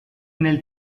nel